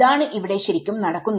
ഇതാണ് ഇവിടെ ശരിക്കും നടക്കുന്നത്